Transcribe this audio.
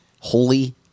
holy